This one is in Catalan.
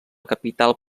capital